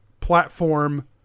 platform